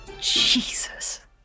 Jesus